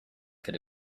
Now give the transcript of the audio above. could